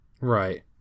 Right